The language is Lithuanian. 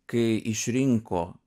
kai išrinko